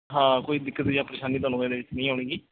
ਹਾਂ ਕੋਈ ਦਿੱਕਤ ਜਾਂ ਪਰੇਸ਼ਾਨੀ ਤੁਹਾਨੂੰ ਇਹਦੇ ਵਿੱਚ ਨਹੀਂ ਆਉਣੀ ਜੀ